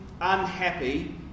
unhappy